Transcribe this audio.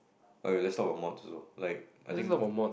okay let's talk about mods also like I think